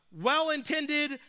well-intended